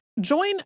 Join